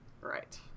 Right